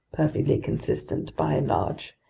perfectly consistent by and large,